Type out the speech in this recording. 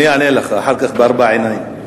אני אענה לך אחר כך בארבע עיניים.